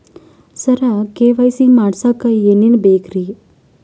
ಸರ KYC ಮಾಡಸಕ್ಕ ಎನೆನ ಬೇಕ್ರಿ?